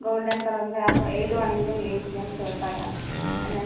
golden colour ഉള്ള അപ്പോൾ ഏത് വേണെങ്കിലും യൂസ് ചെയ്യാം ഷേർട്ട് ആയാൽ അല്ലേ